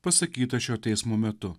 pasakyta šio teismo metu